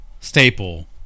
staple